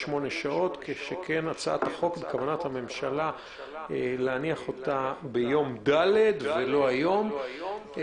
48 שעות כשהצעת החוק התקבלה בממשלה להניח אותה ביום ד' ולא היום.